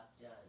done